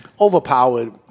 overpowered